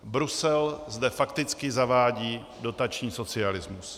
Brusel zde fakticky zavádí dotační socialismus.